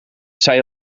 zij